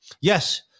yes